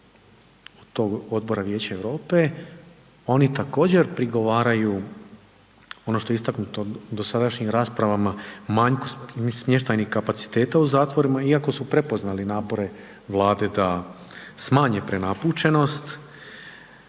tog Odbora Vijeća Europe oni također prigovaraju ono što je istaknuto u dosadašnjim raspravama, manjka smještajnih kapaciteta u zatvoru, iako su prepoznali napore Vlade da smanje prenapučenost.